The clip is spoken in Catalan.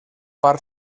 part